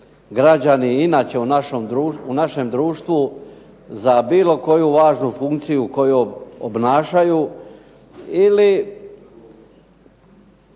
građani inače u našem društvu za bilo koju važnu funkciju koju obnašaju ili